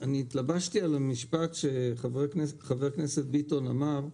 התלבשתי על המשפט שחבר הכנסת ביטון אמר,